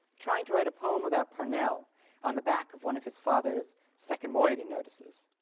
trying to write a poem about parnell on the back of one of his father's second moiety notices.